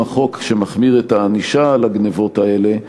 החוק שמחמיר את הענישה על הגנבות האלה,